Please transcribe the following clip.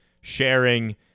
sharing